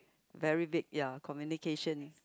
very weak ya communication